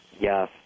Yes